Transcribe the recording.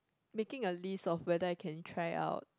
making a list of whether I can try out